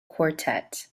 quartet